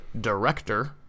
director